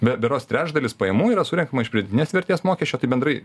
be berods trečdalis pajamų yra surenkama iš pridėtinės vertės mokesčio tai bendrai